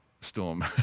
storm